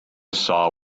saw